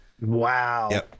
Wow